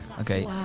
Okay